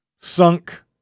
sunk